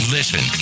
Listen